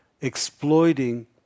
exploiting